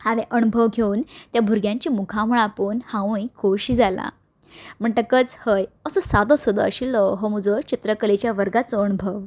आनी अणभव घेवन त्या भुरग्यांच्या मुखामळां पळोवन हांवूय खोशी जालां म्हणटकच हय असो सादोसुदो आशिल्लो हो म्हजो चित्रकलेचो वर्गाचो अणभव